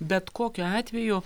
bet kokiu atveju